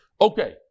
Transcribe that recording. Okay